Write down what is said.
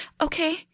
okay